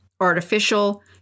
artificial